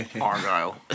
Argyle